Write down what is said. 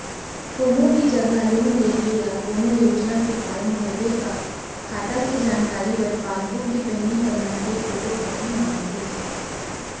कोनो भी जघा लोन लेबे या कोनो योजना के फारम भरबे त खाता के जानकारी बर पासबूक के पहिली पन्ना के फोटोकापी मांगथे